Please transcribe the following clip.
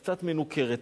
קצת מנוכרת,